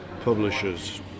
publishers